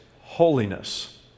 holiness